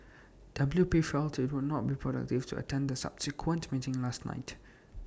W P felt IT would not be productive to attend the subsequent meeting last night